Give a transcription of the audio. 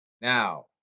Now